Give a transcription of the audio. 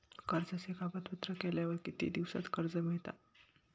कर्जाचे कागदपत्र केल्यावर किती दिवसात कर्ज मिळता?